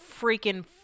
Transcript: freaking